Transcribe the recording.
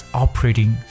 operating